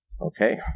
Okay